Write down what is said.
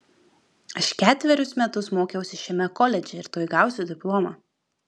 aš ketverius metus mokiausi šiame koledže ir tuoj gausiu diplomą